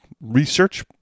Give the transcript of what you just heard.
research